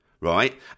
Right